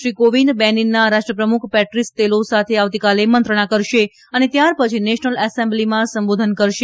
શ્રી કોવિંદ બેનીનના રાષ્ટ્રપ્રમુખ Patrice Talon સાથે આવતીકાલે મંત્રણા કરશે અને ત્યારપછી નેશનલ એસેમ્બલીમાં સંબોધન કરશે